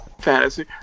fantasy